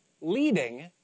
leading